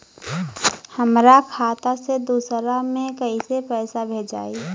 हमरा खाता से दूसरा में कैसे पैसा भेजाई?